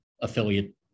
affiliate